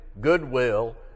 goodwill